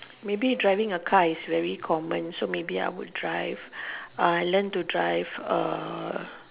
maybe driving a car is very common so maybe I would drive uh learn to drive a